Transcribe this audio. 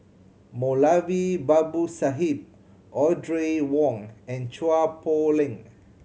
Moulavi Babu Sahib Audrey Wong and Chua Poh Leng